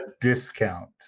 discount